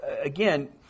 again